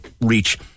reach